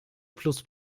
plus